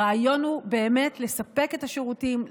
הרעיון הוא באמת לספק את השירותים,